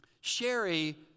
sherry